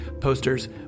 posters